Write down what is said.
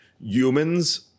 humans